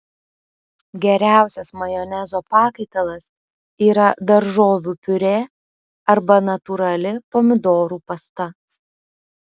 geriausias majonezo pakaitalas yra daržovių piurė arba natūrali pomidorų pasta